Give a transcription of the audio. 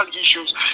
issues